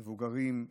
מבוגרים,